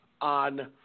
on